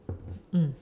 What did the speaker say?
mm